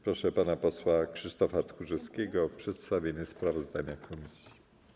Proszę pana posła Krzysztofa Tchórzewskiego o przedstawienie sprawozdania komisji.